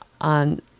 on